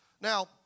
Now